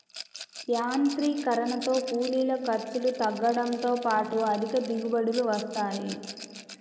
యాంత్రీకరణతో కూలీల ఖర్చులు తగ్గడంతో పాటు అధిక దిగుబడులు వస్తాయి